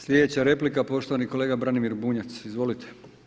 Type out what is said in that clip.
Sljedeća replika poštovani kolega Branimir Bunjac, izvolite.